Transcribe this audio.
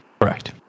correct